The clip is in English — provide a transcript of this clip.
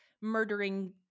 murdering